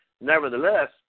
nevertheless